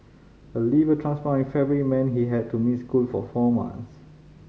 a liver transplant in February meant he had to miss school for four months